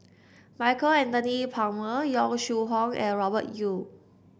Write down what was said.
Michael Anthony Palmer Yong Shu Hoong and Robert Yeo